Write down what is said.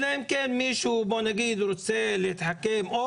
אלא אם מישהו רוצה להתחכם או